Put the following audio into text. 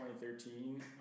2013